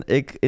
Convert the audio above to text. ik